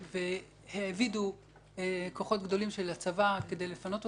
והעבידו כוחות גדולים של הצבא כדי לפנות אותם,